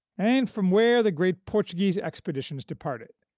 and from where the great portuguese expeditions departed.